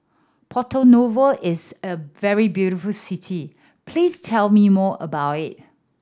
Porto Novo is a very beautiful city please tell me more about it